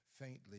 faintly